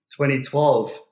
2012